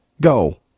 Go